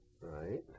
Right